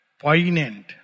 Poignant